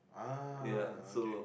ah okay